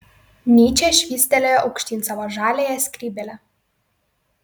nyčė švystelėjo aukštyn savo žaliąją skrybėlę